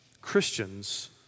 Christians